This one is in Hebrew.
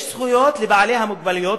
יש זכויות לבעלי המוגבלויות,